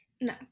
No